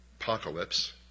apocalypse